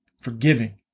forgiving